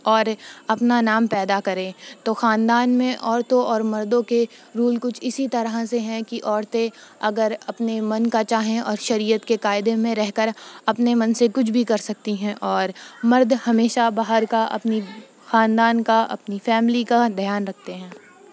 اور اپنا نام پیدا کریں تو خاندان میں عورتوں اور مردوں کے رول کچھ اسی طرح سے ہیں کہ عورتیں اگر اپنے من کا چاہیں اور شریعت کے قاعدے میں رہ کر اپنے من سے کچھ بھی کر سکتی ہیں اور مرد ہمیشہ باہر کا اپنی خاندان کا اپنی فیملی کا دھیان رکھتے ہیں